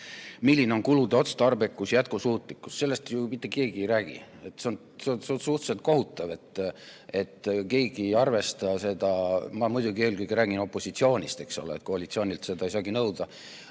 milline on kulude otstarbekus, jätkusuutlikkus. Sellest ju mitte keegi ei räägi. See on suhteliselt kohutav, et keegi ei arvesta ... Ma muidugi eelkõige räägin opositsioonist, koalitsioonilt seda ei saagi nõuda.